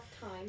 time